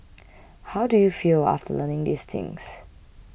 how do you feel after learning these things